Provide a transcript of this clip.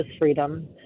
freedom